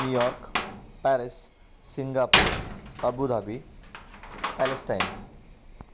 New York Paris Singapore Abu Dhabi Palestine